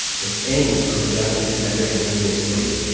if any other japanese commander had been in his place,